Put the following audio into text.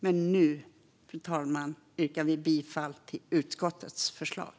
Men nu, fru talman, yrkar jag bifall till utskottets förslag.